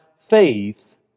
faith